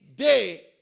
Day